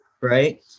right